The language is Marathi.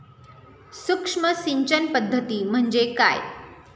सूक्ष्म सिंचन पद्धती म्हणजे काय?